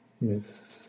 Yes